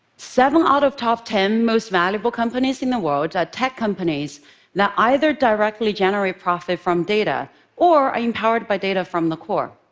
seven out of the top ten most valuable companies in the world are tech companies that either directly generate profit from data or are empowered by data from the core.